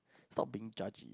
stop being judge